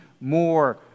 more